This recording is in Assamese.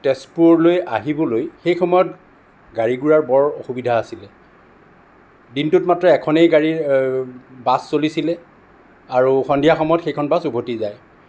তেজপুৰলৈ আহিবলৈ সেই সময়ত গাড়ী গুড়াৰ বৰ অসুবিধা আছিল দিনটোত মাত্ৰ এখনেই গাড়ী বাছ চলিছিল আৰু সন্ধিয়া সময়ত সেইখন বাছ উভতি যায়